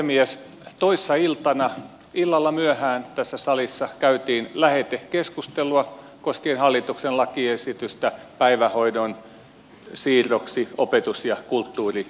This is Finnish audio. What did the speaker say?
toissa iltana illalla myöhään tässä salissa käytiin lähetekeskustelua koskien hallituksen lakiesitystä päivähoidon siirroksi opetus ja kulttuuriministeriöön